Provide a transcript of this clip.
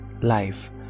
life